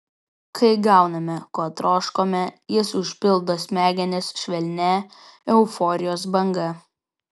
kai gauname ko troškome jis užpildo smegenis švelnia euforijos banga